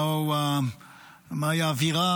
מהי האווירה